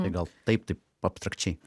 tai gal taip taip abstrakčiai